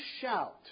shout